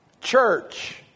church